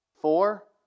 Four